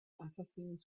assassins